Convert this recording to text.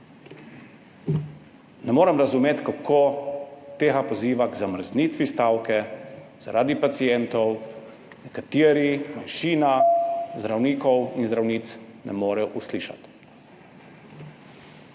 Ne morem razumeti, kako tega poziva k zamrznitvi stavke zaradi pacientov nekateri, manjšina zdravnikov in zdravnic, ne morejo uslišati.